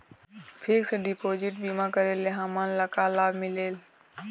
Fix deposit बीमा करे ले हमनला का लाभ मिलेल?